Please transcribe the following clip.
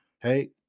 Hey